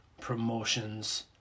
promotions